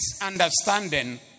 understanding